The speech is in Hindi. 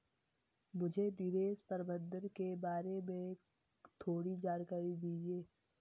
मुझे निवेश प्रबंधन के बारे में थोड़ी जानकारी दीजिए